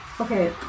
Okay